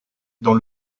dans